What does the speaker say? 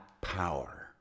power